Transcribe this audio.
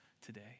today